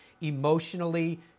emotionally